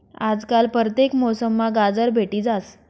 आजकाल परतेक मौसममा गाजर भेटी जास